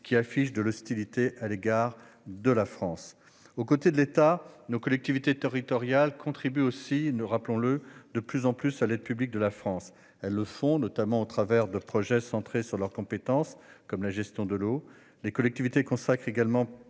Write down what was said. qui font montre d'hostilité à l'égard de la France. Au côté de l'État, nos collectivités territoriales contribuent de plus en plus à l'aide publique apportée par notre pays. Elles le font, notamment, au travers de projets centrés sur leurs compétences, comme la gestion de l'eau. Les collectivités consacrent également